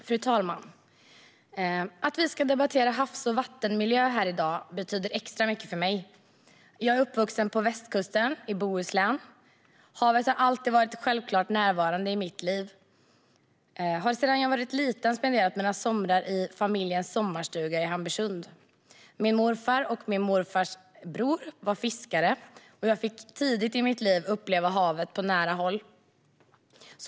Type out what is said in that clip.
Fru talman! Att vi debatterar havs och vattenmiljö här i dag betyder extra mycket för mig. Jag är uppvuxen på västkusten i Bohuslän. Havet har alltid varit självklart närvarande i mitt liv. Jag har sedan jag var liten spenderat mina somrar i familjens sommarstuga i Hamburgsund. Min morfar och min morfars bror var fiskare, och jag fick tidigt i mitt liv uppleva havet på nära håll.